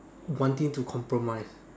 wanting to compromise